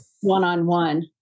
one-on-one